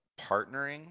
partnering